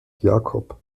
jakob